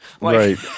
Right